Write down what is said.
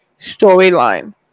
storyline